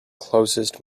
closest